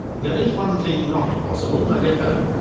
there is one thing not impossible, my dear fellow.